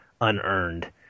unearned